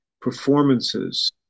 performances